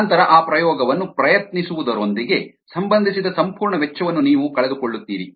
ನಂತರ ಆ ಪ್ರಯೋಗವನ್ನು ಪ್ರಯತ್ನಿಸುವುದರೊಂದಿಗೆ ಸಂಬಂಧಿಸಿದ ಸಂಪೂರ್ಣ ವೆಚ್ಚವನ್ನು ನೀವು ಕಳೆದುಕೊಳ್ಳುತ್ತೀರಿ